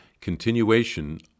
Continuation